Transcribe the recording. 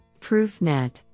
Proofnet